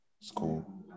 School